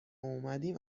اومدیم